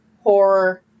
horror